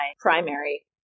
primary